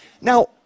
Now